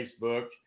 Facebook